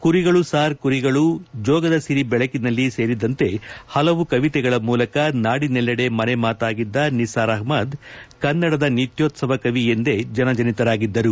ಕುರಿಗಳು ಸಾರ್ ಕುರಿಗಳು ಜೋಗದ ಸಿರಿ ಬೆಳಕಿನಲ್ಲಿ ಸೇರಿದಂತೆ ಹಲವು ಕವಿತೆಗಳ ಮೂಲಕ ನಾಡಿನೆಲ್ಲೆಡೆ ಮನೆಮಾತಾಗಿದ್ದ ನಿಸಾರ್ ಅಪ್ಪದ್ ಕನ್ನಡದ ನಿತ್ಗೋತ್ಸವ ಕವಿಯೆಂದೇ ಜನಜನಿತರಾಗಿದ್ದರು